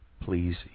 please